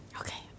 Okay